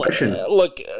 look